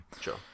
Sure